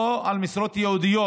לא על משרות ייעודיות